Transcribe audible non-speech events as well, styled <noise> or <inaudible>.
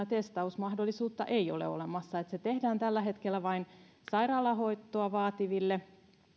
<unintelligible> testausmahdollisuutta ei ole olemassa vaan se tehdään tällä hetkellä vain sairaalahoitoa vaativille